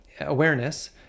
awareness